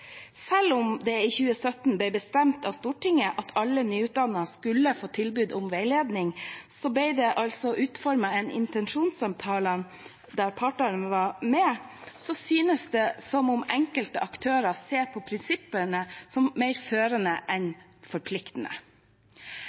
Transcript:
Selv om det i 2017 ble bestemt av Stortinget at alle nyutdannede skulle få tilbud om veiledning og det ble utformet en intensjonsavtale der flere parter er med, synes det altså som om enkelte aktører ser på prinsippene som førende mer enn forpliktende.»